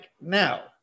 now